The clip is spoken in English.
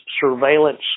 Surveillance